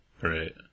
Right